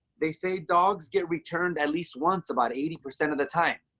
they say dogs get returned at least once about eighty percent of the time.